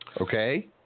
Okay